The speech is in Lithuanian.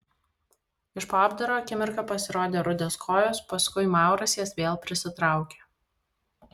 iš po apdaro akimirką pasirodė rudos kojos paskui mauras jas vėl prisitraukė